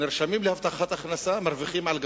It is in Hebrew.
שנרשמים להבטחת הכנסה, מרוויחים על גבם.